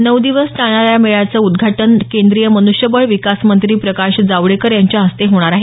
नऊ दिवस चालणाऱ्या या मेळ्याचं उद्घाटन केंद्रीय मन्ष्यबळ विकास मंत्री प्रकाश जावडेकर यांच्या हस्ते होणार आहे